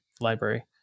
library